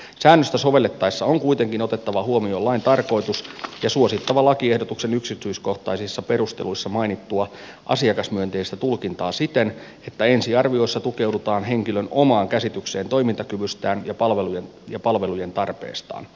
säännöstä sovellettaessa on kuitenkin otettava huomioon lain tarkoitus ja suosittava lakiehdotuksen yksityiskohtaisissa perusteluissa mainittua asiakasmyönteistä tulkintaa siten että ensiarviossa tukeudutaan henkilön omaan käsitykseen toimintakyvystään ja palvelujen tarpeestaan